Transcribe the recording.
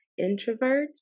introverts